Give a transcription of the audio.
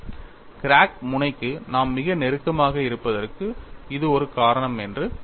crack முனைக்கு நாம் மிக நெருக்கமாக இருப்பதற்கு இது ஒரு காரணம் என்று பாருங்கள்